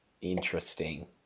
Interesting